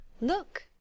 Look